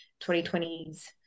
2020s